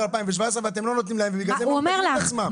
2017 ואתם לא נותנים להם ובגלל זה --- הוא אומר לך,